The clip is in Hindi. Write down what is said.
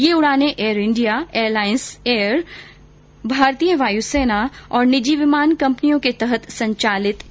ये उड़ानें एयर इंडिया एलायंस एयर भारतीय वायु सेना और निजी विमान कंपनियों के तहत संचालित की गई हैं